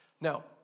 Now